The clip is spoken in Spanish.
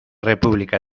república